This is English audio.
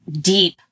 deep